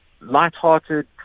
light-hearted